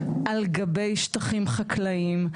על גבי שטחים חקלאיים.